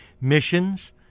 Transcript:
missions